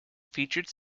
featured